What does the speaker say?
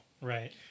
Right